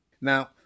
Now